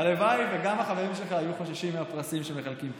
הלוואי שגם החברים שלך היו חוששים מהפרסים שמחלקים פה.